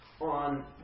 on